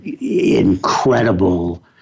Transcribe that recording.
incredible